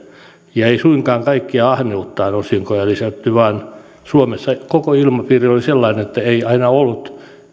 ei suinkaan kaikkia osinkoja ahneuttaan lisätty vaan suomessa koko ilmapiiri oli sellainen että ei aina ollut